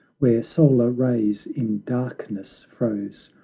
where solar rays in darkness froze,